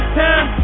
time